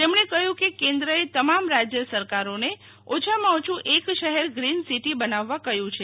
તેમણે કહ્યું કે કેન્દ્રએ તમામ રાજ્ય સરકારોને ઓછામાં ઓછું એક શહેર ગ્રીન સિટી બનાવવા કહ્યું છે